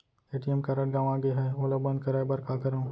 ATM card गंवा गे है ओला बंद कराये बर का करंव?